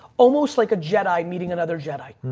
almost like a jedi meeting another jedi.